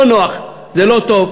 זה לא נוח, זה לא טוב.